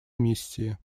миссии